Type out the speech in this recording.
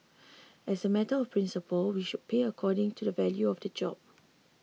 as a matter of principle we should pay according to the value of the job